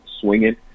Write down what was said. swinging